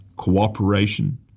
cooperation